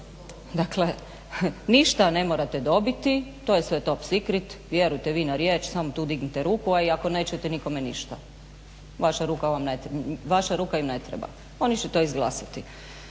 Dakle niša ne morate dobiti to je sve top sikrit, vjerujte vi na riječ samo tu dignite ruku a i ako nećete nikome ništa. Vaša ruka im ne treba. Oni će to izglasati.